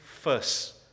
first